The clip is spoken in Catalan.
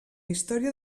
història